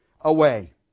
away